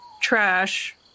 trash